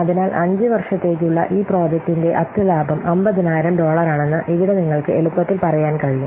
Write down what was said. അതിനാൽ 5 വർഷത്തേക്കുള്ള ഈ പ്രോജക്റ്റിന്റെ അറ്റ ലാഭം 50000 ഡോളറാണെന്ന് ഇവിടെ നിങ്ങൾക്ക് എളുപ്പത്തിൽ പറയാൻ കഴിയും